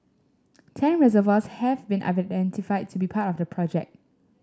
ten reservoirs have been identified to be part of the project